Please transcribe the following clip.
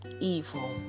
evil